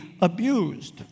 abused